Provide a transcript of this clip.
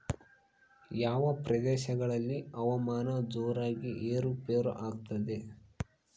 ಯಾವ ಪ್ರದೇಶಗಳಲ್ಲಿ ಹವಾಮಾನ ಜೋರಾಗಿ ಏರು ಪೇರು ಆಗ್ತದೆ?